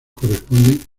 corresponden